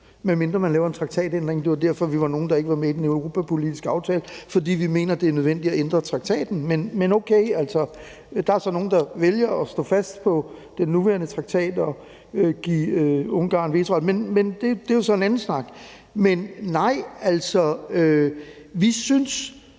medmindre man laver en traktatændring. Det var derfor, vi var nogen, der ikke var med i den europapolitiske aftale, fordi vi mener, det er nødvendigt at ændre traktaten. Men okay, der er så nogle, der vælger at stå fast på den nuværende traktat og give Ungarn vetoret. Men det er så en anden snak. Nej, vi synes,